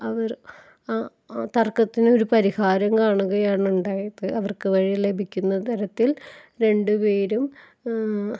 അവര് അ തര്ക്കത്തിന് ഒരു പരിഹാരം കാണുകയാണ് ഉണ്ടായത് അവര്ക്ക് വഴി ലഭിക്കുന്ന തരത്തില് രണ്ടുപേരും